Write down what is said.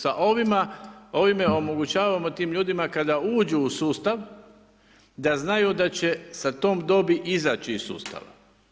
Sa ovime omogućavamo tim ljudima kada uđu u sustav, da znaju da će sa tom dobi izaći iz sustava.